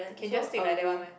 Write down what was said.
can just take like that one meh